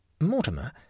Mortimer